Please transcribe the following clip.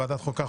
ועדת החוקה,